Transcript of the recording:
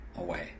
away